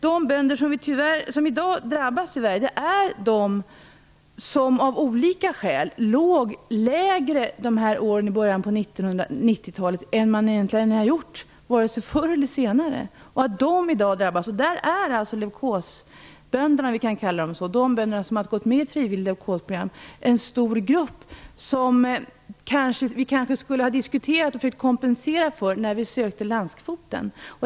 De bönder som i dag tyvärr drabbas är de bönder som av olika skäl låg på en lägre nivå i början av 90 talet än vad de har gjort förr eller senare. De bönder som gick med i det frivilliga leukosprogrammet är en stor grupp som vi nog skulle ha behövt diskutera och kompensera när vi sökte landskvoten.